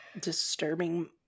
disturbing